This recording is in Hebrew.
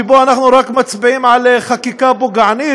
שבו אנחנו רק מצביעים על חקיקה פוגענית